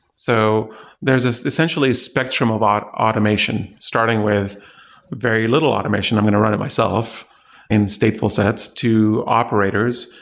so there's this essentially spectrum about automation, starting with very little automation, i'm going to run it myself in stateful sets, to operators,